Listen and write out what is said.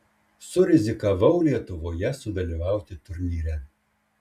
surizikavau lietuvoje sudalyvauti turnyre